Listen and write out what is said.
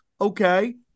okay